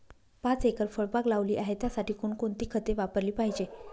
पाच एकर फळबाग लावली आहे, त्यासाठी कोणकोणती खते वापरली पाहिजे?